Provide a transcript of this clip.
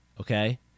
okay